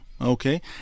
okay